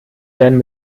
werden